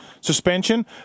Suspension